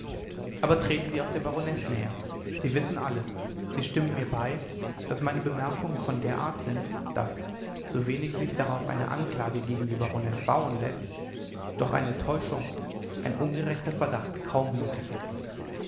aber treten sie auch der baronesse näher sie wissen alles sie stimmen mir bei daß meine bemerkungen von der art sind daß so wenig sich darauf eine anklage gegen die baronesse bauen läßt doch eine täuschung ein ungerechter verdacht kaum möglich ist